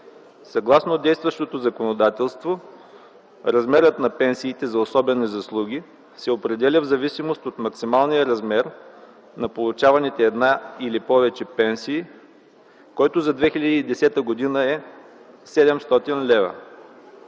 Съгласно действащото законодателство размерът на пенсиите за особени заслуги се определя в зависимост от максималния размер на получаваните една или повече пенсии, който за 2010 г. е 700 лева.